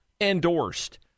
endorsed